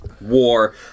war